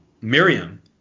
miriam